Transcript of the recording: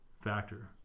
factor